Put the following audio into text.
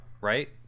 Right